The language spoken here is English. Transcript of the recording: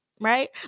right